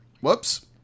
whoops